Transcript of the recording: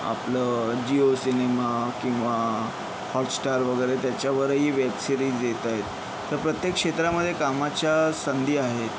आपलं जिओ सिनेमा किंवा Hotstar वगैरे त्याच्यावरही वेबसिरीज येत आहेत तर प्रत्येक क्षेत्रामध्ये कामाच्या संधी आहेत